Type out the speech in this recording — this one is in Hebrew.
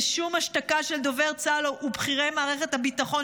ושום השתקה של דובר צה"ל ובכירי מערכת הביטחון,